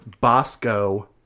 Bosco